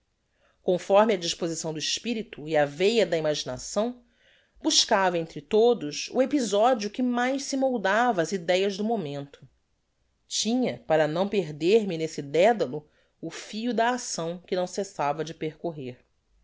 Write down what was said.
conforme a disposição do espirito e a veia da imaginação buscava entre todos o episodio que mais se moldava ás idéas do momento tinha para não perder-me nesse dedalo o fio da acção que não cessava de percorrer